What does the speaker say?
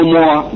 more